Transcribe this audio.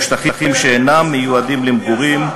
או שטחים שאינם מיועדים למגורים,